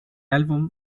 álbum